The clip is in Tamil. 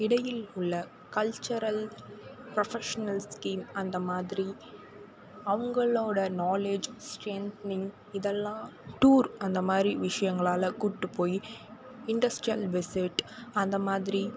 இடையில் உள்ள கல்ச்சுரல் ப்ரொஃபஷ்னல் ஸ்கீம் அந்த மாதிரி அவங்களோட நாலேஜ் ஸ்ட்ரென்த்னிங் இதெலாம் டூர் அந்த மாதிரி விஷயங்களால் கூட்டு போய் இண்டஸ்ட்ரியல் விஸிட் அந்த மாதிரி